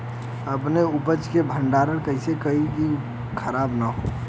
अपने उपज क भंडारन कइसे करीं कि उ खराब न हो?